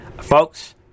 Folks